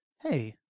hey